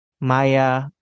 Maya